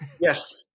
Yes